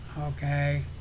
okay